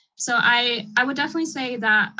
so i would definitely say that